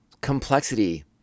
complexity